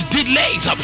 delays